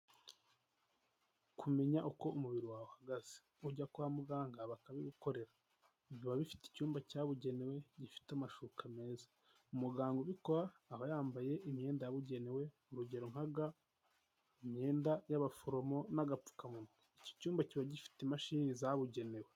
Kumenya uko umubiri wawe uhagaze, ujya kwa muganga bakabigukorera, biba bifite icyumba cyabugenewe gifite amashuka meza, umuganga ubikora aba yambaye imyenda yabugenewe urugero nka ga, imyenda y'abaforomo n'agapfukamunwa, iki cyumba kiba gifite imashini zabugenewe.